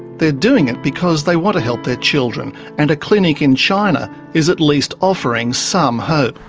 they're doing it because they want to help their children and a clinic in china is at least offering some hope.